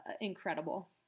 incredible